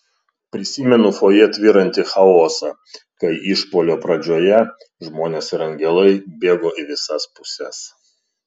prisimenu fojė tvyrantį chaosą kai išpuolio pradžioje žmonės ir angelai bėgo į visas puses